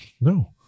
No